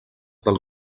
del